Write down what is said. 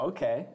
Okay